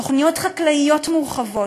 תוכניות חקלאיות מורחבות,